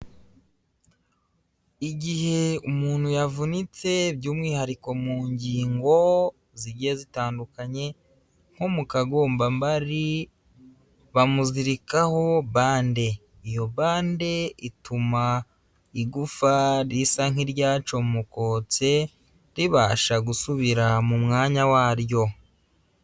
Igihe umuntu yavunitse by'umwihariko mu ngingo zigiye zitandukanye nko mu kagombambari bamuzirikaho bande. Iyo bande ituma igufa risa nkiryacomokotse ribasha gusubira mu mwanya waryo.